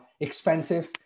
expensive